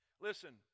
Listen